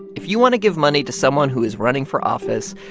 if you want to give money to someone who is running for office,